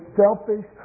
selfish